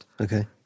Okay